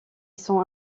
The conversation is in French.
sont